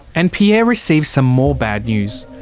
and pierre receives some more bad news.